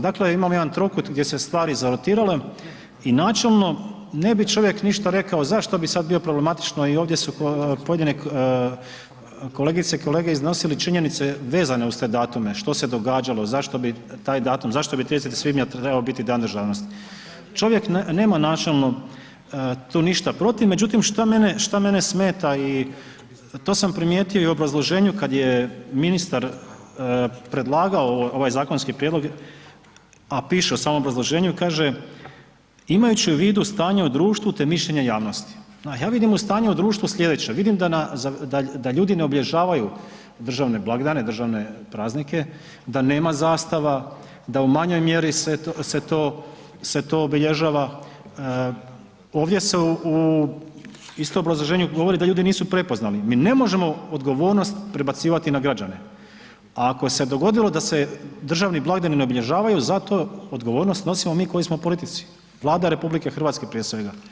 Dakle, imamo jedan trokut gdje su se stvari zarotirale i načelno, ne bi čovjek ništa rekao zašto bi sad bio problematično i ovdje su pojedine kolegice i kolege iznosili činjenice vezano uz te datume što se događalo, zašto bi taj datum, zašto bi 30. svibnja trebao biti Dan državnosti, čovjek nema načelno tu ništa protiv, međutim šta mene, šta mene smeta i to sam primijetio i u obrazloženju kad je ministar predlagao ovaj zakonski prijedlog, a piše u samom obrazloženju, kaže imajući u vidu stanje u društvu, te mišljenje javnosti, ja vidim u stanju u društvu slijedeće, vidim da na, da ljudi ne obilježavaju državne blagdane, državne praznike, da nema zastava, da u manjoj mjeri se to, se to obilježava, ovdje se u, isto u obrazloženju govori da ljudi nisu prepoznali, mi ne možemo odgovornost prebacivati na građane, a ako se dogodilo da se državni blagdani ne obilježavaju za to odgovornost snosimo mi koji smo u politici, Vlada RH prije svega.